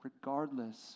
Regardless